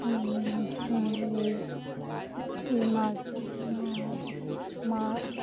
এই এই মাছ মাছ মাছ